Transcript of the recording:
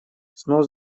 снос